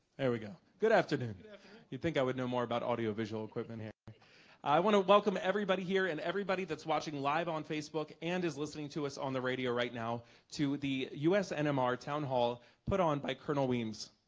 we go good afternoon you think i would know more about audio-visual equipment here i want to welcome everybody here and everybody that's watching live on facebook and is listening to us on the radio right now to the us nmr and um ah town hall put on by colonel weems.